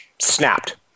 snapped